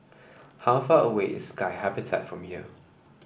how far away is Sky Habitat from here